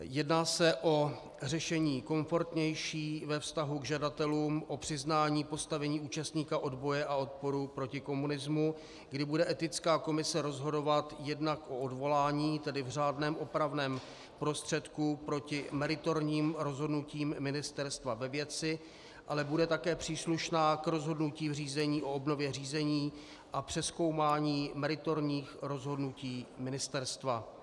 Jedná se o řešení komfortnější ve vztahu k žadatelům o přiznání postavení účastníka odboje a odporu proti komunismu, kdy bude Etická komise rozhodovat jednak o odvolání, tedy v řádném opravném prostředku proti meritorním rozhodnutím ministerstva ve věci, ale bude také příslušná k rozhodnutí v řízení o obnově řízení a přezkoumání meritorních rozhodnutí ministerstva.